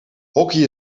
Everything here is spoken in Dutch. hockey